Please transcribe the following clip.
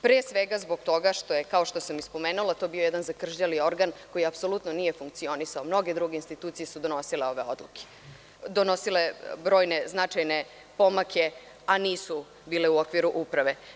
Pre svega zbog toga što je, kao što sam već spomenula, to bio jedan zakržljali organ koji apsolutno nije funkcionisao, mnoge druge institucije su donosile brojne značajne pomake a nisu bile u okviru uprave.